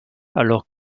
alors